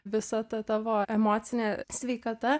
visa ta tavo emocinė sveikata